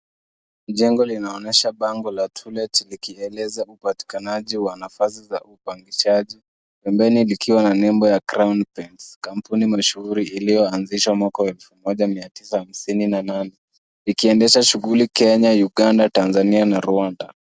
Jengo linaonyesha bango la, to let, likieleza upatikanaji wa nafasi za upangishaji pembeni likiwa na nembo ya, crown pets, kampuni mashuhuri iliyoanzishwa mwaka wa elfu moja mia tisa hamsini na nane, likiendesha shughuli Kenya, Uganda, Tanzania na Rwanda.